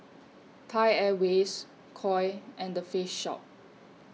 Thai Airways Koi and Face Shop